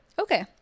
Okay